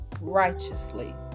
righteously